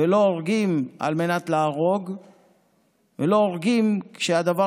לא הורגים על מנת להרוג ולא הורגים כשהדבר